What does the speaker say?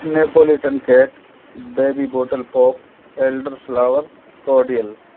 Neapolitan cake baby bottle pop elderflower cordial